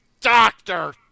doctor